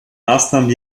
maßnahmen